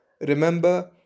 Remember